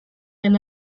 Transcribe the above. den